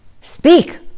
Speak